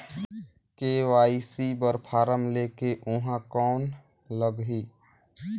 KYC बर form ले के ऊहां कौन लगही?